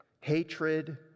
hatred